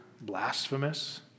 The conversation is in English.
blasphemous